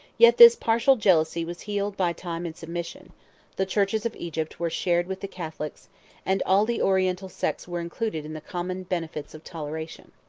yet this partial jealousy was healed by time and submission the churches of egypt were shared with the catholics and all the oriental sects were included in the common benefits of toleration.